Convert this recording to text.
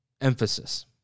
emphasis